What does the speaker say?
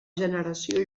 generació